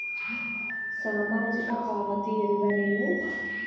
ಸಾಮಾಜಿಕ ಪಾವತಿ ಎಂದರೇನು?